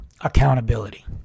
Accountability